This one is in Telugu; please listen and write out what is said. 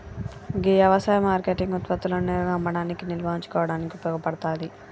గీ యవసాయ మార్కేటింగ్ ఉత్పత్తులను నేరుగా అమ్మడానికి నిల్వ ఉంచుకోడానికి ఉపయోగ పడతాది